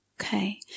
Okay